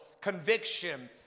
conviction